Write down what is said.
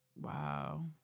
wow